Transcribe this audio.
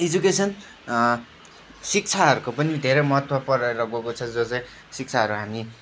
education शिक्षाहरूको पनि धेरै महत्त्व परेर गएको छ जो चाहिँ शिक्षाहरू हामी